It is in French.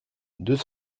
deux